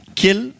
kill